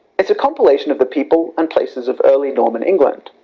is a compilation of the people and places of early norman england